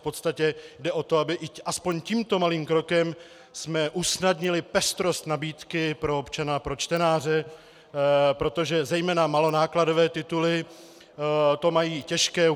V podstatě jde o to, abychom aspoň tímto malým krokem usnadnili pestrost nabídky pro občana a pro čtenáře, protože zejména malonákladové tituly to mají těžké.